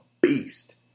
beast